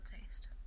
taste